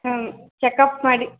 ಹ್ಞೂ ಚೆಕಪ್ ಮಾಡಿ